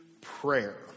prayer